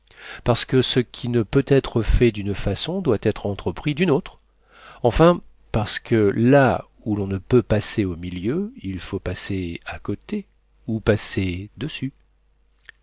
parce que ce qui ne peut être fait d'une façon doit être entrepris d'une autre enfin parce que là où l'on ne peut passer au milieu il faut passer à côté ou passer dessus